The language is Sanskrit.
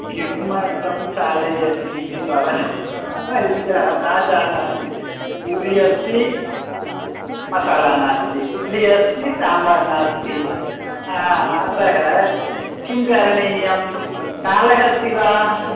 किमर्थं चालयति भवनम् अय्य न जानामि पूरी अस्ति मसाला नास्ति इड्लि अस्ति साम्बार् नास्ति अतः किं करणीयं तालः अस्ति वा